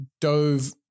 dove